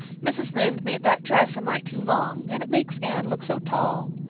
mrs. lynde made that dress a mite too long, and it makes anne look so tall.